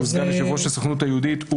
שהוא סגן יושב-ראש הסוכנות היהודית,